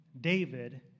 David